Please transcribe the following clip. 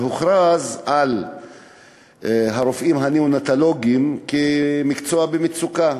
הוכרז על הנאונטולוגיה כמקצוע במצוקה,